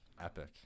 Epic